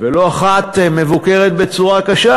ולא אחת מבוקרת בצורה קשה.